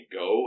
go